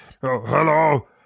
Hello